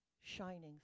shining